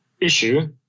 issue